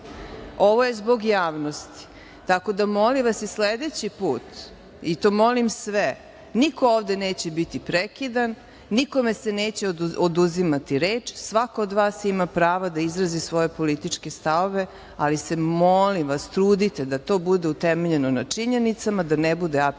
je zbog javnosti, tako da molim vas i sledeći put, i to molim sve, niko ovde neće biti prekidan, nikome se neće oduzimati reč, svako od vas ima prava da izrazi svoje političke stavove, ali se, molim vas, trudite da to bude utemeljeno na činjenicama, da ne bude ad personam